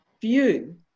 view